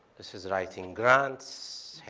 this is writing grants,